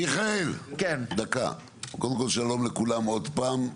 מיכאל דקה, קודם כל שלום לכולם, עוד פעם.